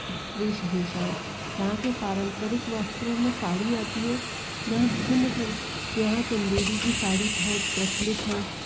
वेशभूषा हैं यहाँ के पारंपरिक वस्त्रों में साड़ी आती है यहाँ विभिन्न यहाँ चंदेरी की साड़ी बहुत प्रचलित है